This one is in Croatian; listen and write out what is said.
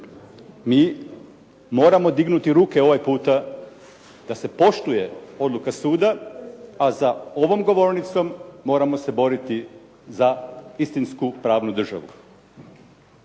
mi moramo dignuti ruke ovaj puta da se poštuje odluka suda, a za ovom govornicom moramo se boriti za istinsku pravnu državu.